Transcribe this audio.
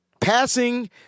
passing